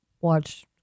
watch